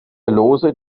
lose